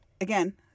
again